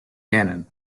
gannon